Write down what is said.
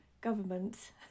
government